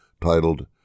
titled